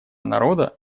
народа